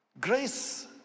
grace